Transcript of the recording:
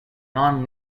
non